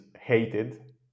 hated